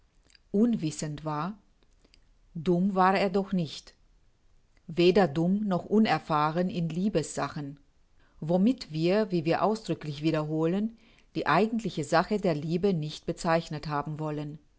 unwißend war dumm war er doch nicht weder dumm noch unerfahren in liebessachen womit wir wie wir ausdrücklich wiederholen die eigentliche sache der liebe nicht bezeichnet haben wollen